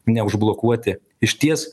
neužblokuoti išties